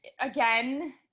again